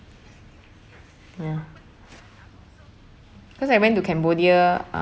ya cause I went to cambodia